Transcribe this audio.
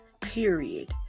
period